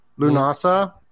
Lunasa